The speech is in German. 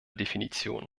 definition